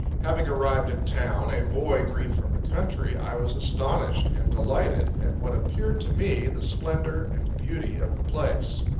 having arrived in town, a boy green from the country, i was astonished and delighted at what appeared to me the splendor and beauty of the place.